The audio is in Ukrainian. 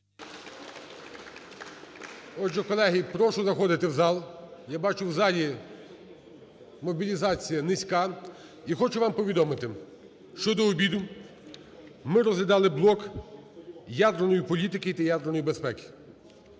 Отже, колеги, прошу заходити в зал. Я бачу, в залі мобілізація низька. І хочу вам повідомити, що до обіду ми розглядали блок ядерної політики та ядерної безпеки.